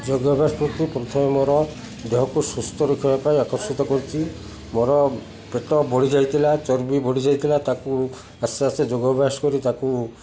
ଯୋଗ ଅଭ୍ୟାସ କରୁଛି ପ୍ରଥମେ ମୋର ଦେହକୁ ସୁସ୍ଥ ରଖିବା ପାଇଁ ଆକର୍ଷିତ କରୁଛି ମୋର ପେଟ ବଢ଼ି ଯାଇଥିଲା ଚର୍ବି ବଢ଼ି ଯାଇଥିଲା ତାକୁ ଆସ୍ତେ ଆସ୍ତେ ଯୋଗ ଅଭ୍ୟାସ କରି ତାକୁ